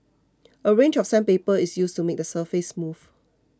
a range of sandpaper is used to make the surface smooth